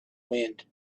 wind